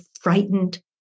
frightened